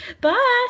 Bye